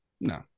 No